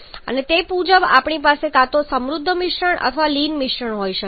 અને તે મુજબ આપણી પાસે કાં તો સમૃદ્ધ મિશ્રણ અથવા લીન મિશ્રણ હોઈ શકે છે